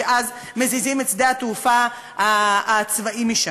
ואז מזיזים את שדה התעופה הצבאי משם.